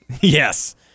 Yes